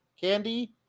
candy